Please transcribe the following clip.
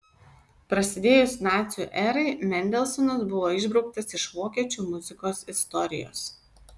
prasidėjus nacių erai mendelsonas buvo išbrauktas iš vokiečių muzikos istorijos